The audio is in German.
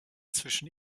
zwischen